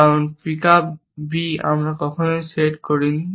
কারণ pickup B আমরা কখন সেট করিনি